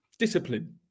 Discipline